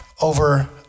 over